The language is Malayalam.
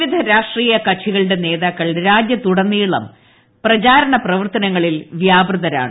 വിവിധ രാഷ്ട്രീയ കക്ഷികളുടെ നേതാക്കൾ രാജൃത്തുടനീളം പ്രചാരണ പ്രവർത്തനങ്ങളിൽ വ്യാപൃതരാണ്